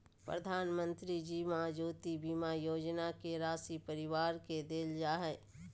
प्रधानमंत्री जीवन ज्योति बीमा योजना के राशी परिवार के देल जा हइ